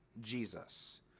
Jesus